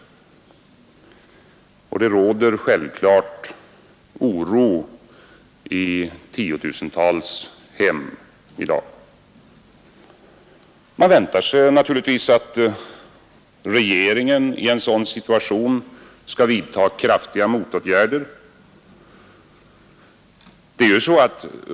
Det råder givetvis stor oro i tiotusentals hem i dag. Man väntar sig naturligtvis att regeringen i en sådan situation skall vidta kraftiga motåtgärder.